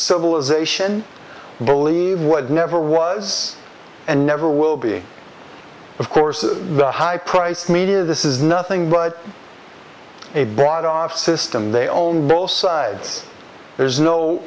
civilization believe what never was and never will be of course the high priced media this is nothing but a broad off system they own both sides there's no